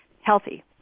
healthy